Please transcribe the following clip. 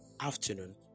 afternoon